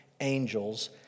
angels